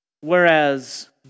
Whereas